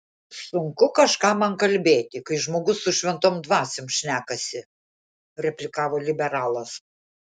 sunku kažką man kalbėti kai žmogus su šventom dvasiom šnekasi replikavo liberalas